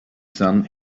sun